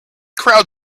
crowd